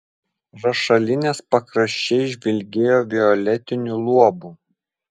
rašalinės pakraščiai žvilgėjo violetiniu luobu